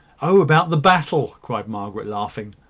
oh, about the battle! cried margaret, laughing.